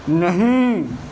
نہیں